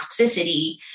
toxicity